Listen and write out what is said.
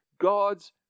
God's